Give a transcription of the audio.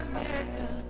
America